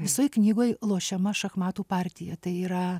visoj knygoj lošiama šachmatų partija tai yra